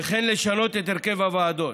וכן לשנות את הרכב הוועדות.